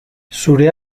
zure